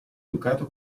educato